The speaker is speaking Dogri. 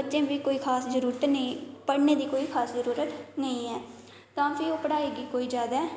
बच्चे गी बी कोई खास जरुरत नेईं ऐ पढने दी कोई खास जरुरत नेईं ऐ तां फ्ही पढ़ाई गी कोई ज्यादा